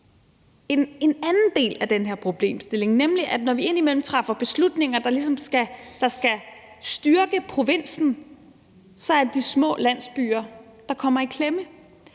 en anden del af den her problemstilling, nemlig at når vi indimellem træffer beslutninger, der ligesom skal styrke provinsen, så er det de små landsbyer, der kommer i klemme.